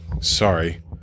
sorry